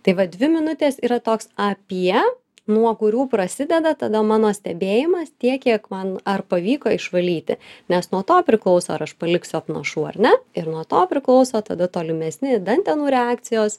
tai va dvi minutės yra toks apie nuo kurių prasideda tada mano stebėjimas tiek kiek man ar pavyko išvalyti nes nuo to priklauso ar aš paliksiu apnašų ar ne ir nuo to priklauso tada tolimesni dantenų reakcijos